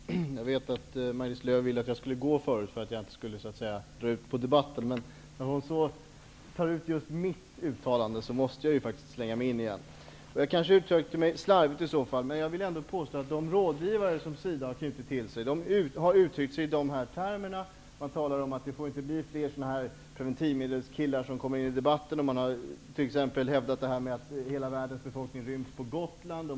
Herr talman! Jag vet att Maj-Lis Lööw förut ville att jag skulle gå för att jag inte skulle dra ut på debatten. Men när hon tar upp just mitt uttalande, måste jag ju faktiskt slänga mig in igen. Jag kanske uttryckte mig slarvigt. Men jag vill ändå påstå att de rådgivare som SIDA har knutit till sig har uttalat sig i dessa termer. De säger att det inte får bli fler preventivmedelskillar, som kommer in i debatten. Man har t.ex. hävdat att hela världens befolkning ryms på Gotland.